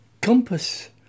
compass